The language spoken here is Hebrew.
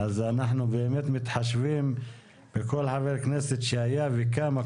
אז אנחנו באמת מתחשבים בכל חבר כנסת שהיה וקם.